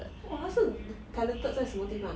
!wah! 他是 talented 在什么地方